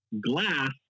glass